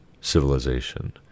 civilization